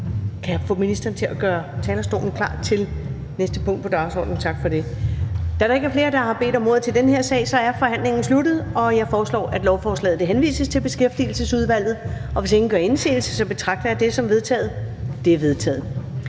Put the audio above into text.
jeg få ministeren til at gøre talerstolen klar til næste punkt på dagsordenen? Tak for det. Da der ikke er flere, der har bedt om ordet til den her sag, er forhandlingen sluttet. Jeg foreslår, at lovforslaget henvises til Beskæftigelsesudvalget. Hvis ingen gør indsigelse, betragter jeg det som vedtaget. Det er vedtaget.